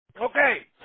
Okay